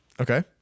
Okay